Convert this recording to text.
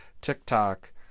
tiktok